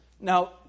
Now